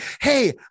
hey